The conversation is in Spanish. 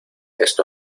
esto